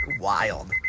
Wild